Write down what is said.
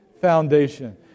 foundation